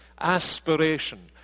aspiration